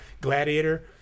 gladiator